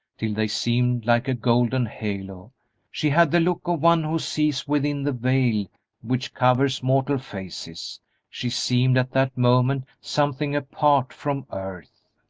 till they seemed like a golden halo she had the look of one who sees within the veil which covers mortal faces she seemed at that moment something apart from earth.